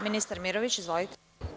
Ministar Mirović, izvolite.